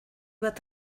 bat